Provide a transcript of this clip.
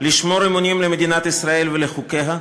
לשמור אמונים למדינת ישראל ולחוקיה,